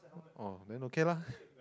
oh then okay lah